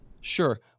Sure